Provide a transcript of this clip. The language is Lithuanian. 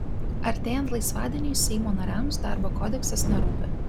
artėjant laisvadieniui seimo nariams darbo kodeksas nerūpi